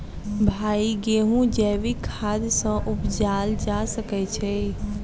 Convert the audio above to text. भाई गेंहूँ जैविक खाद सँ उपजाल जा सकै छैय?